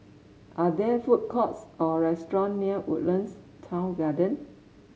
are there food courts or restaurant near Woodlands Town Garden